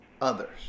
others